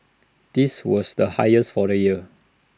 this was the highest for the year